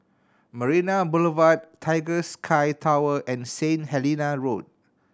Marina Boulevard Tiger Sky Tower and Saint Helena Road